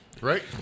right